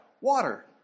water